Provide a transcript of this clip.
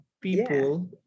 people